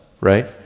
right